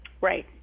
Right